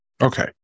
Okay